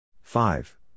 Five